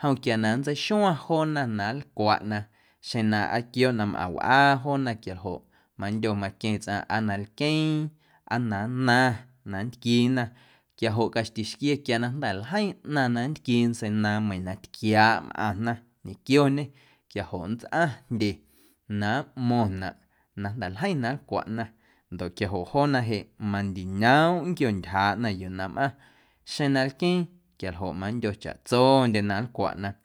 jom quia na nntseixuaⁿ joona na nlcwaꞌna xeⁿ na aa quiooꞌ na mꞌaⁿ wꞌaa joona quiajoꞌ mandyo maqueⁿ tsꞌaⁿ aa na nlqueeⁿ aa na nnaⁿ na nntquiina quiajoꞌ quia na caxtixquie jnda̱ ljeiⁿ ꞌnaⁿ na nntquii ntseinaaⁿ meiiⁿ na tquiaaꞌ mꞌaⁿna ñequioñe quiajoꞌ nntsꞌaⁿ jndye na nꞌmo̱ⁿnaꞌ na jnda̱ ljeiⁿ na nlcwaꞌna ndoꞌ quiajoꞌ joona jeꞌ mandiñoomꞌ nnquiontyjaaꞌna yuu na mꞌaⁿ xeⁿ na lqueeⁿ quialjoꞌ mandyo chaꞌtsondyena nlcwaꞌna.